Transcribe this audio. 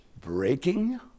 breaking